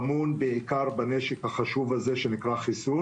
כמובן שמגיע לכולם ואנחנו יודעים את זה.